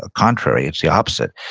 ah contrary, it's the opposite.